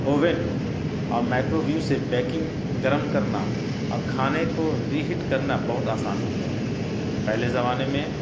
oven اور microwave سے baking گرم کرنا اور کھانے کو ری ہیٹ کرنا بہت آسان ہو گیا ہے پہلے زمانے میں